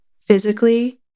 Physically